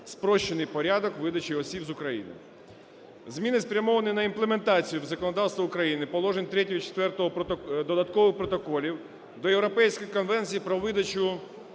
"Спрощений порядок видачі осіб з України". Зміни спрямовані на імплементацію в законодавство України положень Третього і Четвертого додаткових протоколів до Європейської конвенції про видачу